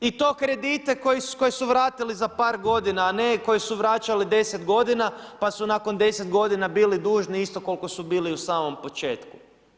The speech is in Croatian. I to kredite koje su vratili za par godina a ne koje su vraćali 10 godina pa su nakon 10 godina bili dužni isto koliko su bili i u samom početku.